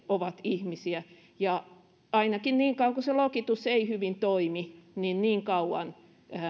ovat ihmisiä ja ainakin niin kauan kun se lokitus ei hyvin toimi niin niin kauan